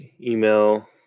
email